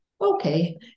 okay